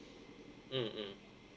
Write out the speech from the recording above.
mm mm